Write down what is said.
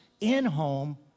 in-home